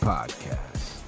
Podcast